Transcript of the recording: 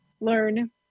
learn